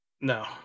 No